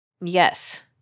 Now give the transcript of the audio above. Yes